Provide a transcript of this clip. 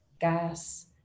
gas